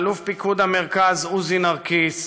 עם אלוף פיקוד המרכז עוזי נרקיס